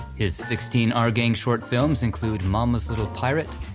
his sixteen our gang short films include mama's little pirate,